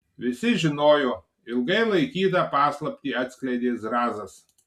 visi žinojo ilgai laikytą paslaptį atskleidė zrazas